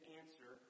answer